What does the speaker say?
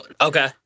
Okay